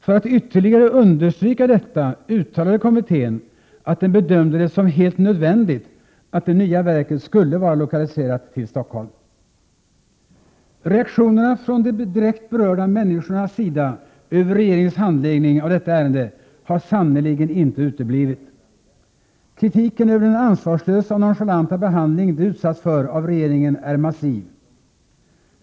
För att ytterligare understryka detta uttalade kommittén att den bedömde det som helt nödvändigt att det nya verket skulle vara lokaliserat till Stockholm. Reaktionerna från de direkt berörda människornas sida över regeringens handläggning av detta ärende har sannerligen inte uteblivit. Kritiken över den ansvarslösa och nonchalanta behandling de utsatts för av regeringen är massiv.